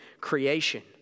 creation